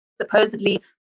supposedly